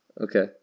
Okay